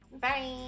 Bye